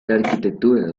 arquitectura